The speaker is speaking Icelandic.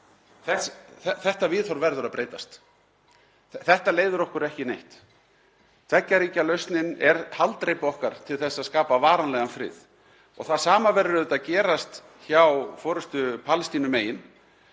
Þetta viðhorf verður að breytast. Þetta leiðir okkur ekki neitt. Tveggja ríkja lausnin er haldreipi okkar til þess að skapa varanlegan frið. Það sama verður auðvitað að gerast hjá forystunni Palestínumegin.